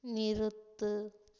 நிறுத்து